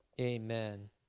Amen